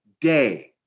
day